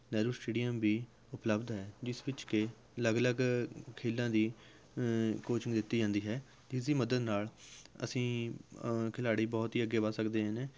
Nehru stadium ਵੀ ਉਪਲੱਬਧ ਹੈ ਜਿਸ ਵਿੱਚ ਕਿ ਅਲੱਗ ਅਲੱਗ ਖੇਲਾਂ ਦੀ ਕੋਚਿੰਗ ਦਿੱਤੀ ਜਾਂਦੀ ਹੈ ਇਸਦੀ ਮਦਦ ਨਾਲ਼ ਅਸੀਂ ਖਿਲਾੜੀ ਬਹੁਤ ਹੀ ਅੱਗੇ ਵੱਧ ਸਕਦੇ ਨੇ